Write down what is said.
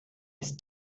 ist